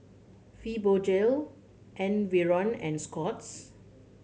Fibogel Enervon and Scott's